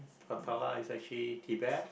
Potala is actually Tibet